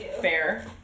fair